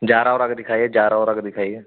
Zara ओरा का दिखाइए जारा ओरा का दिखाइए